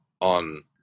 on